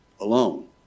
alone